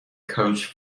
coach